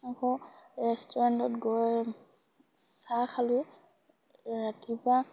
আকৌ ৰেষ্টুৰেণ্টত গৈ চাহ খালোঁ ৰাতিপুৱা